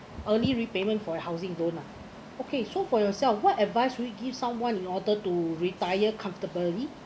early repayment for your housing loan ah okay so for yourself what advice would you give someone in order to retire comfortably